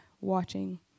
watching